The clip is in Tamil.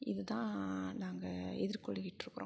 இது தான் நாங்கள் எதிர்கொள்ளிக்கிட்டுருக்குறோம்